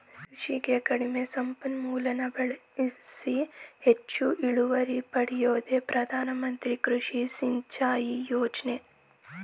ಕೃಷಿಗೆ ಕಡಿಮೆ ಸಂಪನ್ಮೂಲನ ಬಳ್ಸಿ ಹೆಚ್ಚು ಇಳುವರಿ ಪಡ್ಯೋದೇ ಪ್ರಧಾನಮಂತ್ರಿ ಕೃಷಿ ಸಿಂಚಾಯಿ ಯೋಜ್ನೆ